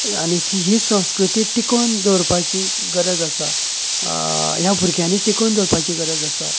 आनी ती ही संस्कृती टिकोवन दवरपाची गरज आसा ह्या भुरग्यांनी टिकोवन दवरपाची गरज आसा